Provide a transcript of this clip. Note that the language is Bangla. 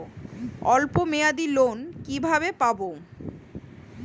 অল্প মেয়াদি লোন কিভাবে পাব?